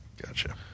Gotcha